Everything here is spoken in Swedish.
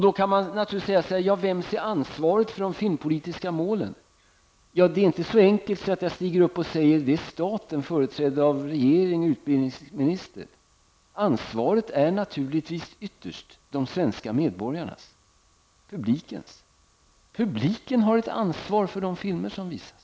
Då kan man naturligtvis fråga vem som har ansvaret för de filmpolitiska målen. Det är inte så enkelt som att jag säger att det är staten företrädd av regeringen och utbildningsministern. Ansvaret är naturligtvis ytterst de svenska medborgarnas, publikens. Publiken har ett ansvar för de filmer som visas.